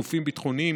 בגופים ביטחוניים,